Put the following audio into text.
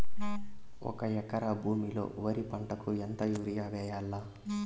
ఒక ఎకరా భూమిలో వరి పంటకు ఎంత యూరియ వేయల్లా?